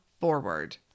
forward